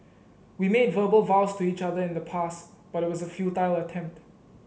we made verbal vows to each other in the past but it was a futile attempt